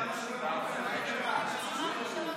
לשנות התקציב 2017 ו-2018) (תיקון מס' 7)